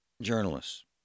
journalists